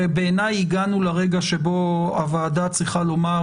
ובעיניי, הגענו לרגע שבו הוועדה צריכה לומר: